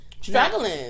struggling